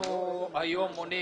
אנחנו היום מונים